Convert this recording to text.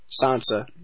Sansa